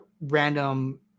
random